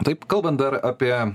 taip kalbant dar apie